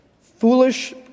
foolish